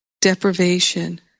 deprivation